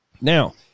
Now